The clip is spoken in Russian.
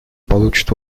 получат